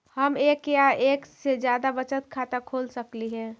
हम एक या एक से जादा बचत खाता खोल सकली हे?